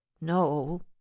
no